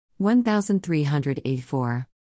1384